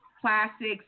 plastics